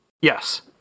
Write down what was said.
Yes